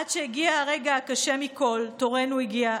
עד שהגיע הרגע הקשה מכול, תורנו הגיע.